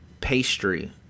pastry